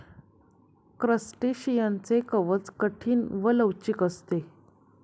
क्रस्टेशियनचे कवच कठीण व लवचिक असते